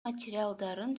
материалдарын